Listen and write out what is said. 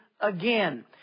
again